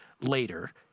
later